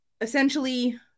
Essentially